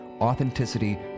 authenticity